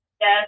Yes